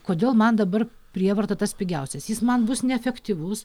kodėl man dabar prievarta tas pigiausias jis man bus neefektyvus